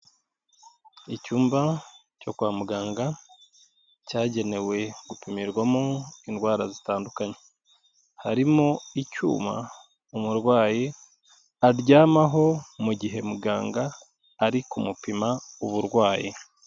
Icyumba cyo kwa muganga cyagenewe gupimirwamo indwara zitandukanye, harimo icyuma umurwayi aryamaho mu gihe muganga ari kumupima uburwayi.